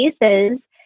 cases